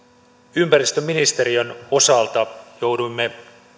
ympäristöministeriön osalta jouduimme